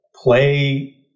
play